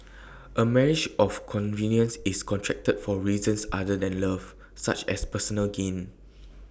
A marriage of convenience is contracted for reasons other than love such as personal gain